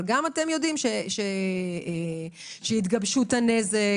אבל גם אתם יודעים שהתגבשות הנזק,